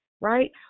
right